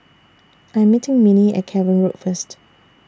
I'm meeting Minnie At Cavan Road First